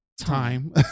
Time